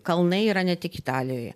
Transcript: kalnai yra ne tik italijoj